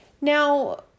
Now